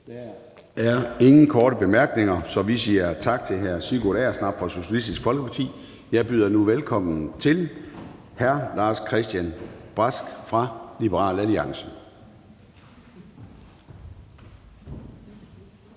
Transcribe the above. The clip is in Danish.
Der er ingen korte bemærkninger. Vi siger tak til hr. Sigurd Agersnap fra Socialistisk Folkeparti. Jeg byder nu velkommen til hr. Lars-Christian Brask fra Liberal Alliance.